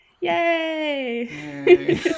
Yay